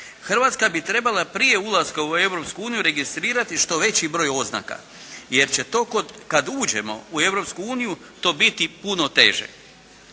Hrvatska bi trebala prije ulaska u Europsku uniju registrirati što veći broj oznaka, jer će to kada uđemo u Europsku